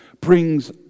brings